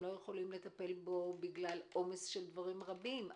יכולים לטפל בו בגלל עומס של דברים רבים,